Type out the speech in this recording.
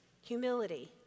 humility